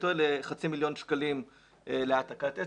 טועה - לחצי מיליון שקלים להעתקת עץ.